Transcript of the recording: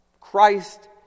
Christ